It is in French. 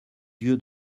yeux